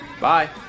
Bye